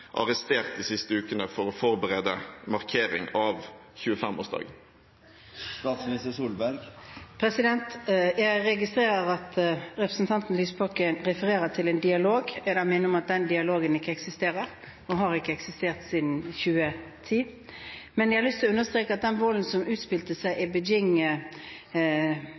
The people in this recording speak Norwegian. arrestert de siste ukene for å forberede markering av 25-årsdagen? Jeg registrerer at representanten Lysbakken refererer til en dialog. Jeg vil minne om at den dialogen ikke eksisterer. Den har ikke eksistert siden 2010. Men jeg har lyst til å understreke at den volden som utspilte seg i